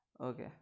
okay